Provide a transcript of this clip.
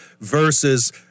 versus